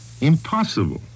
Impossible